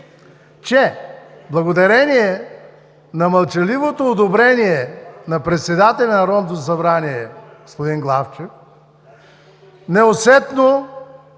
Че благодарение на мълчаливото одобрение на председателя на Народното събрание господин Главчев, неусетно